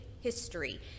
history